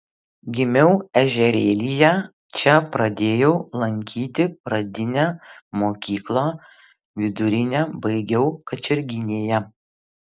gimiau ežerėlyje čia pradėjau lankyti pradinę mokyklą vidurinę baigiau kačerginėje